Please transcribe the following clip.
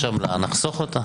יש עמלה, נחסוך אותה.